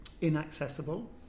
inaccessible